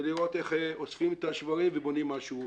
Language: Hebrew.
ולראות איך אוספים את השברים ובונים משהו חדש.